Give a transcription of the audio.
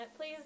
Please